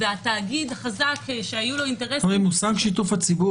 והתאגיד החזק- -- תהליך שיתוף הציבור